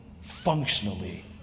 functionally